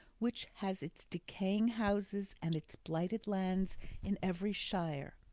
which has its decaying houses and its blighted lands in every shire,